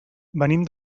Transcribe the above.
venim